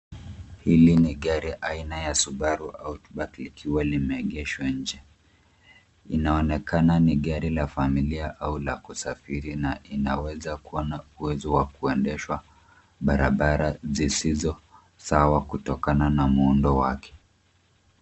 Hili ni gari aina ya Subaru Outback likiwa limeegeshwa nje. Linaonekana ni gari la familia au la kusafiri na inaweza kuwa na uwezo wa kuendeshwa barabara zisizo sawa kutokana na muundo wake.